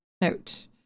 note